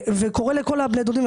קראתי לכל הבני דודים,